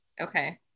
Okay